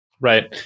Right